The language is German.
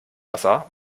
wasser